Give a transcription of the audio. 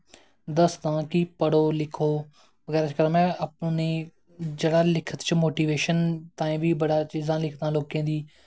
दस्सदां कि पढ़ो लिखो बगैरा बगैरा में अप्पूं जेह्ड़ा लिखने च मोटिवेशन तां बी बड़ी चीजां लिखदां लोकें दी